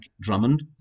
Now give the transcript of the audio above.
Drummond